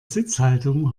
sitzhaltung